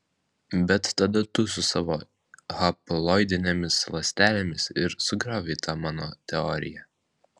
bet tada tu su savo haploidinėmis ląstelėmis ir sugriovei tą mano teoriją